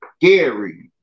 Gary